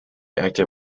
acted